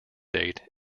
date